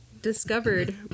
discovered